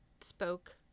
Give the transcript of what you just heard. spoke